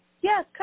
Yes